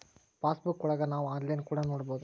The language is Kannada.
ಪಾಸ್ ಬುಕ್ಕಾ ಒಳಗ ನಾವ್ ಆನ್ಲೈನ್ ಕೂಡ ನೊಡ್ಬೋದು